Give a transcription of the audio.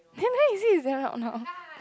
then where is it is there or no